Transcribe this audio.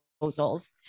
proposals